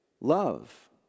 love